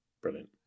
brilliant